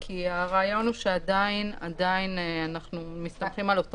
כי הרעיון הוא שעדיין אנחנו מסתכלים על אותו